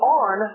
on